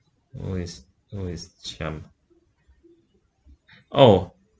who is who is chiam oh